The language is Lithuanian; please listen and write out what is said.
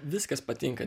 viskas patinka